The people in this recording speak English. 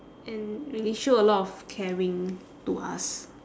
and he show a lot of caring to us